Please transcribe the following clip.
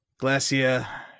Glacia